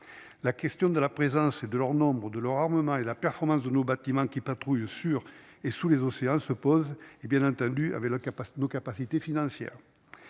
la question de la présence et de leurs nombres de leur armement et la performance de nos bâtiments qui patrouillent sur et sous les océans se pose et, bien entendu, avait la capacité de nos